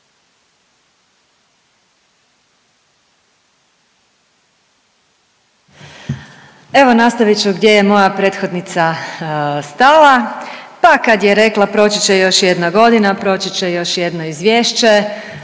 Evo nastavit ću gdje je moja prethodnica stala, pa kad je rekla proći će još jedna godina, proći će još jedno izvješće,